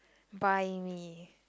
buy me